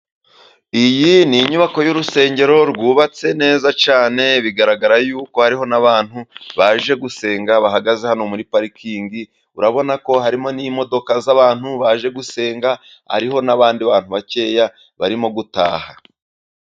Iyi ni inyubako y'urusengero rwubatse neza cyane . Bigaragara yuko hariho n'abantu baje gusenga bahagaze hano muri parikingi urabona ko harimo n'imodoka z'abantu baje gusenga .Hariho n'abandi bantu bakeya barimo gutaha.